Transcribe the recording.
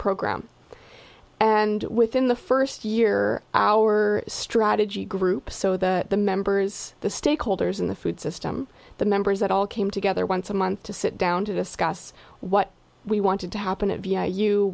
program and within the first year our strategy group so that the members the stakeholders in the food system the members that all came together once a month to sit down to discuss what we wanted to happen to y